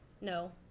No